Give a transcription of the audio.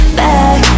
back